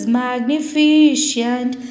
magnificent